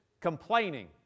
complaining